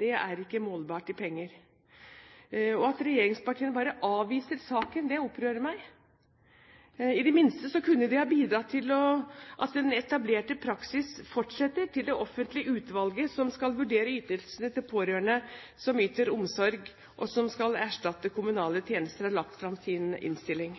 er ikke målbart i penger. At regjeringspartiene bare avviser saken, opprører meg. I det minste kunne de bidratt til at den etablerte praksis fortsetter til det offentlige utvalget som skal vurdere ytelsene til pårørende som yter omsorg som skal erstatte kommunale tjenester, har lagt fram sin innstilling.